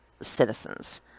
citizens